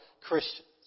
Christians